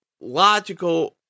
logical